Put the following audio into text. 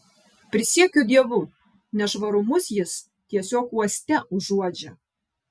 prisiekiu dievu nešvarumus jis tiesiog uoste užuodžia